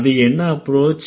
அது என்ன அப்ரோச்